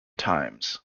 times